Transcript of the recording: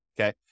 Okay